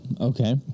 Okay